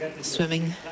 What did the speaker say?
swimming